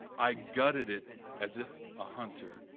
i gutted it as if a hunter.